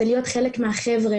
זה להיות חלק מהחבר'ה,